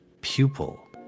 pupil